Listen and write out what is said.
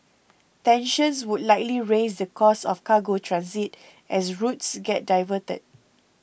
tensions would likely raise the cost of cargo transit as routes get diverted